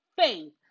faith